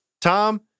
Tom